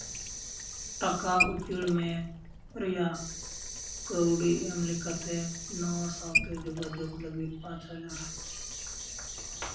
ᱴᱟᱠᱟ ᱩᱪᱟᱹᱲ ᱢᱮ ᱨᱮᱭᱟᱜ ᱠᱟᱹᱣᱰᱤ ᱮᱢ ᱞᱮᱠᱟᱛᱮ ᱱᱚᱣᱟ ᱥᱟᱶᱛᱮ ᱡᱳᱜᱟᱡᱳᱜᱽ ᱞᱟᱹᱜᱤᱫ ᱯᱟᱸᱪ ᱦᱟᱡᱟᱨ